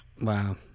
Wow